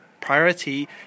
priority